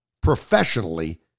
professionally